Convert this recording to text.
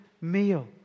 meal